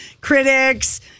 critics